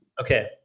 Okay